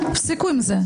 תפסיקו עם זה.